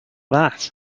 that